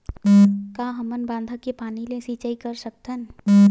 का हमन बांधा के पानी ले सिंचाई कर सकथन?